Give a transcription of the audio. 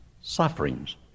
sufferings